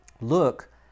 Look